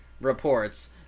reports